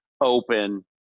open